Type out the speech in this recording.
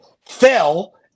fell